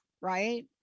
right